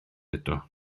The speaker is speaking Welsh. eto